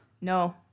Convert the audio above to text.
No